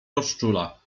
rozczula